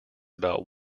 about